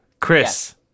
Chris